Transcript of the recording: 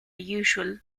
usual